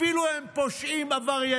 אפילו אם הם פושעים עבריינים.